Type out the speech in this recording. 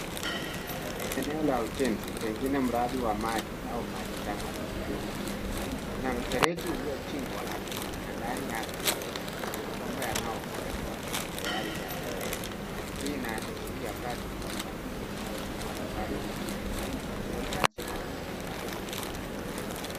Huu ni eneo la ujenzi, pengine mradi wa maji au maji taka. Kuna mfereji uliochimbwa ardhini na ndani yake na mabomba yanayowekwa tayari yamewekwa. Hii inaashiria kazi ya upanuzi au ukarabati wa miundombinu ya maji au maji taka.